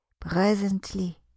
presently